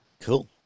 Cool